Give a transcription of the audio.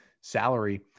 salary